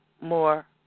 more